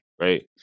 right